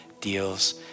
deals